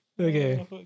Okay